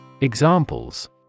Examples